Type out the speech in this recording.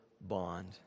bond